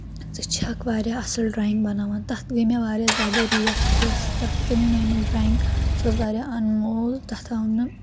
ژٕ چھَکھ واریاہ اَصٕل ڈرایِنٛگ بَناوان تَتھ گٔے مےٚ واریاہ زیادٕ ریٹ تہِ یۄس تَتھ تہٕ میانٮ۪ن ڈرایِنٛگ سُہ اوس واریاہ اَنمول تَتھ آو نہٕ